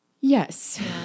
Yes